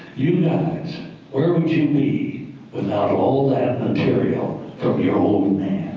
you guys where would you be without all that material from your old